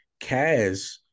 Kaz